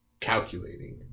calculating